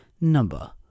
number